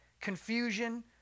confusion